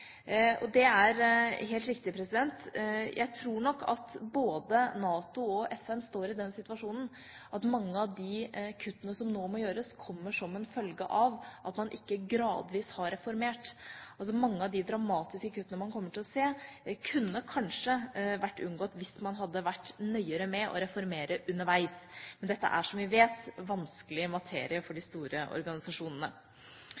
Det er helt riktig. Jeg tror nok at både NATO og FN står i den situasjonen at mange av de kuttene som nå må gjøres, kommer som en følge av at man ikke gradvis har reformert. Mange av de dramatiske kuttene man kommer til å se, kunne kanskje vært unngått hvis man hadde vært nøyere med å reformere underveis. Men dette er, som vi vet, en vanskelig materie for